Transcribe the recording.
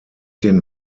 den